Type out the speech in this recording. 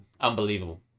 unbelievable